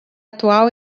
atual